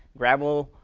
gravel.